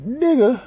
nigga